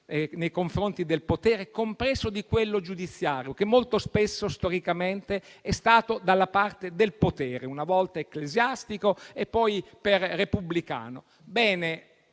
nei confronti del potere, compreso quello giudiziario, che molto spesso storicamente è stato dalla parte del potere, una volta ecclesiastico e poi repubblicano.